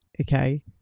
Okay